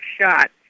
shot